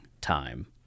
time